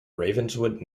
ravenswood